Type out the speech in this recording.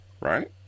right